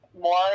more